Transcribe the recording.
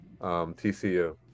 TCU